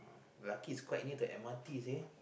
lucky is quite near to M_R_T seh